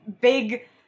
big